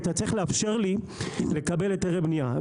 ואתה צריך לאפשר לי לקבל היתרי בנייה.